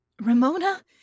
Ramona